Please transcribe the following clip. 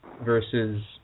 versus